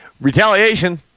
Retaliation